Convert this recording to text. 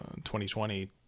2020